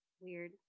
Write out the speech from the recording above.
Weird